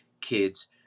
kids